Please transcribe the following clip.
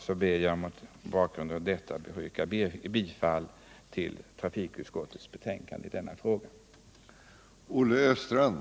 Jag ber mot denna bakgrund att få yrka bifall till trafikutskottets hemställan.